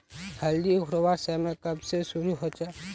हल्दी उखरवार समय कब से शुरू होचए?